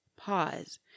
pause